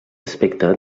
aspecte